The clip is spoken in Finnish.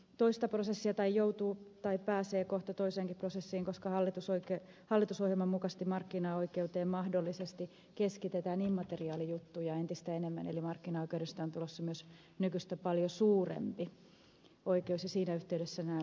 toista prosessia tai joutuu tai pääsee kohta toiseenkin prosessiin koska hallitusohjelman mukaisesti markkinaoikeuteen mahdollisesti keskitetään immateriaalijuttuja entistä enemmän eli markkinaoikeudesta on tulossa myös nykyistä paljon suurempi oikeus ja siinä yhteydessä nämä ed